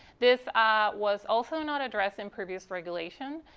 this was also not addressed in previous regulations,